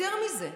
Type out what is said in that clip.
יותר מזה,